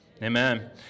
Amen